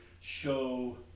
show